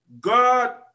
God